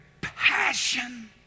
passion